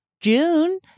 June